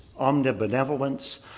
omnibenevolence